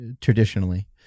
traditionally